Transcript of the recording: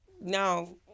now